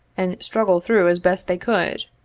and struggle through as best they could.